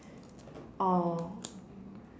or